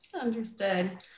Understood